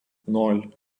ноль